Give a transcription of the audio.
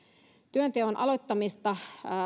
työnteon aloittamista